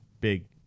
big